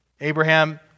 Abraham